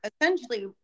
essentially